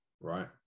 right